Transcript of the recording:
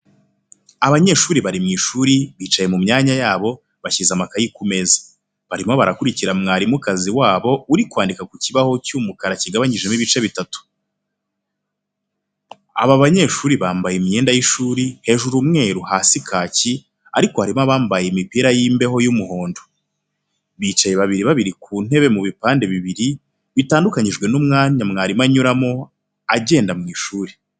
Abanyeshuri bari mu ishuri, bicaye mu myanya yabo, bashyize amakayi ku meza. Barimo barakurikira mwarimukazi wabo uri kwandika ku kibaho cy'umukara kigabanyijemo ibice bitatu. Aba banyeshuri bambaye imyenda y'ishuri, hejuru umweru, hasi kaki, ariko harimo abambaye imipira y'imbeho y'umuhondo. Bicaye babiri babiri ku ntebe mu bipande bibiri, bitandukanyijwe n'umwanya mwarimu anyuramo, agendagenda mu ishuri.